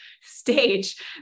stage